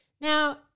Now